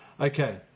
Okay